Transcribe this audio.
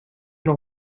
noch